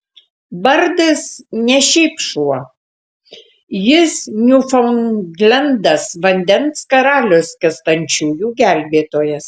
bardas ne šiaip šuva jis niūfaundlendas vandens karalius skęstančiųjų gelbėtojas